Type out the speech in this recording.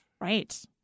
Right